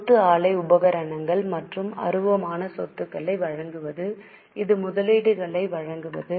சொத்து ஆலை உபகரணங்கள் மற்றும் அருவமான சொத்துக்களை வாங்குவது இது முதலீடுகளை வாங்குவது